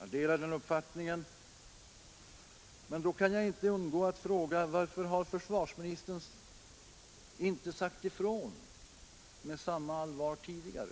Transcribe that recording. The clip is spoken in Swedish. Jag delar den uppfattningen, men då kan jag inte undgå att fråga varför försvarsministern inte har sagt ifrån med samma allvar tidigare.